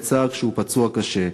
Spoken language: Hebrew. המבוקש לבסוף נעצר כשהוא פצוע קשה.